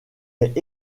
est